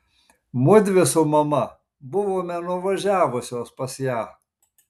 mudvi su mama buvome nuvažiavusios pas ją